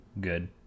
good